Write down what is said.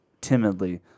timidly